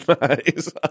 Nice